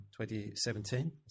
2017